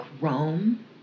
Rome